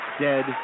dead